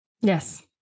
Yes